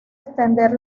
extender